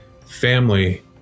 family